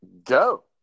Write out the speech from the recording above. go